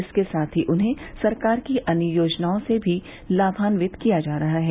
इसके साथ ही उन्हें सरकार की अन्य योजनाओं से भी लाभान्वित किया जा रहा है